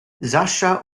sascha